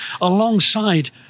alongside